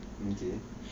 okay